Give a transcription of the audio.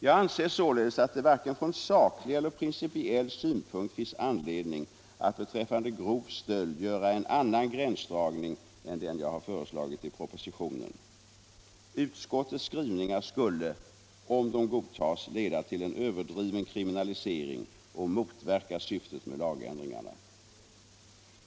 Jag anser således att det varken från saklig eller principiell synpunkt finns anledning att beträffande grov stöld göra en annan gränsdragning än den jag föreslagit i propositionen. Utskottets skrivningar skulle — om de godtas — leda till en överdriven kriminalisering och motverka syftet med lagändringarna.